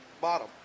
bottom